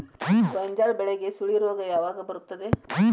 ಗೋಂಜಾಳ ಬೆಳೆಗೆ ಸುಳಿ ರೋಗ ಯಾವಾಗ ಬರುತ್ತದೆ?